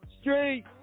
Street